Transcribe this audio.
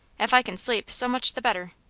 if i can sleep, so much the better.